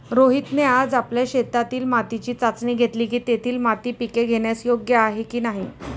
रोहितने आज आपल्या शेतातील मातीची चाचणी घेतली की, तेथील माती पिके घेण्यास योग्य आहे की नाही